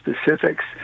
specifics